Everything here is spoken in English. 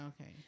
Okay